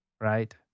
Right